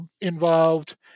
involved